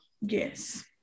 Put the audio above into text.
Yes